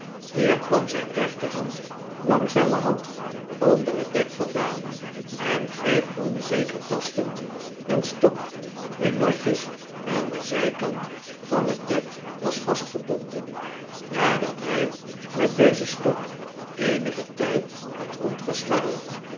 hier kwam zijn rechterhand langzaam onder het dek vandaan en greep onzeker tastend een stok die losjes aan den zijkant van het bed was vastgebonden nadat hij met dezen stok eenigen tijd had